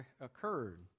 occurred